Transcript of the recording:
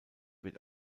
wird